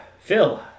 Phil